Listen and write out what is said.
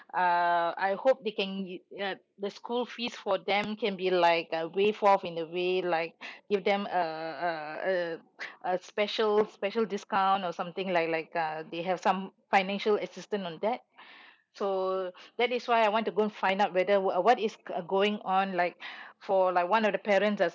uh I hope they can you you know the school fees for them can be like uh waived off in the way like give them uh uh uh a special special discount or something like like uh they have some financial assistance on that so that is why I want to go and find out whether wha~ what is going on like for like one of the parents uh